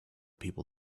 people